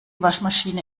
waschmaschine